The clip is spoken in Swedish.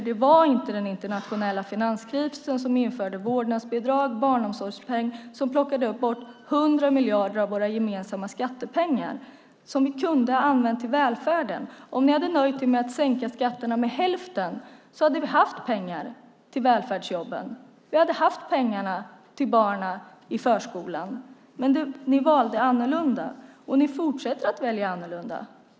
Det var inte den internationella finanskrisen som införde vårdnadsbidrag och barnomsorgspeng, som plockade bort 100 miljarder av våra gemensamma skattepengar, som vi kunde ha använt i välfärden. Om ni hade nöjt er med att sänka skatterna med hälften så mycket hade vi haft pengar till välfärdsjobben. Vi hade haft pengar till barnen i förskolan. Men ni valde annorlunda, och ni fortsätter att välja annorlunda.